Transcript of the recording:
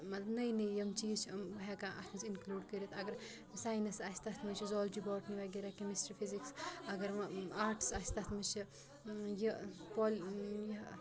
مطلب نٔے نٔے یِم چیٖز چھِ یِم ہیٚکان اَتھ منٛز اِنکٕلوٗڈ کٔرِتھ اگر ساینَس آسہِ تَتھ منٛز چھِ زولجی باٹنی وغیرہ کٔمِسٹِرٛی فِزِکٕس اگر وَ آٹٕس آسہِ تَتھ منٛز چھِ یہِ پالِ یہِ